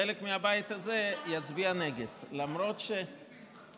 חלק מהבית הזה יצביע נגד, למרות שדווקא